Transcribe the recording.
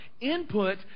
Input